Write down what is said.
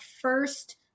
first